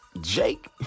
Jake